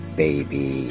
baby